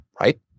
right